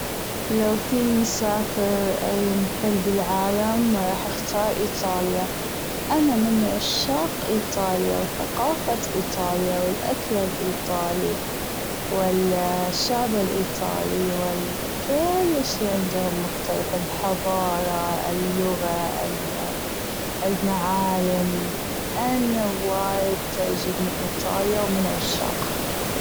لو فيني سافر أي محل بالعالم راح أختار إيطاليا أنا من عشاق إيطاليا وثقافة إيطاليا والأكل الإيطالي والشعب الإيطالي وكل شي عندهم مختلف الحضارة اللغة المعالم أنا وايد تعجبني إيطاليا ومن عشاقها.